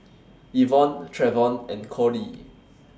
Evonne Travon and Cordie